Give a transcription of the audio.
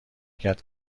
کرد